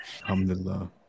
Alhamdulillah